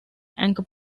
anchor